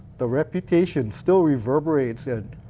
the reputation still reverberates. and